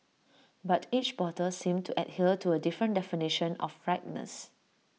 but each bottle seemed to adhere to A different definition of ripeness